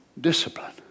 discipline